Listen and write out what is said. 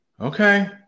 Okay